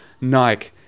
Nike